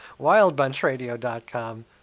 WildBunchRadio.com